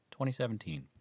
2017